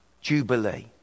jubilee